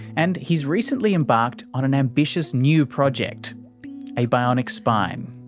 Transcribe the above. and he's recently embarked on an ambitious new project a bionic spine.